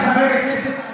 כחבר כנסת,